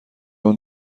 اون